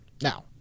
Now